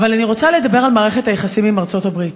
אבל אני רוצה לדבר על מערכת היחסים עם ארצות-הברית.